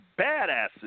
badasses